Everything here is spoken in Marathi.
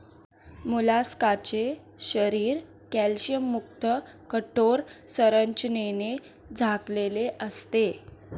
मोलस्काचे शरीर कॅल्शियमयुक्त कठोर संरचनेने झाकलेले असते